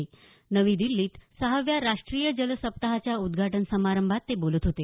आज नवी दिल्लीत सहाव्या राष्ट्रीय जल सप्ताहाच्या उद्घाटन समारंभात ते बोलत होते